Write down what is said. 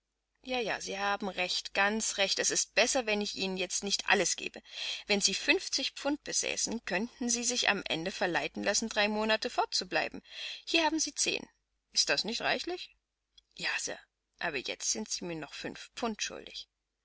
ja ja sie haben recht ganz recht es ist besser wenn ich ihnen jetzt nicht alles gebe wenn sie fünfzig pfund besäßen könnten sie sich am ende verleiten lassen drei monate fort zu bleiben hier haben sie zehn ist das nicht reichlich ja sir aber jetzt sind sie mir noch fünf pfund schuldig